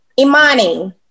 Imani